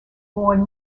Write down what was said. borne